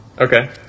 Okay